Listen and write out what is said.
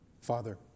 Father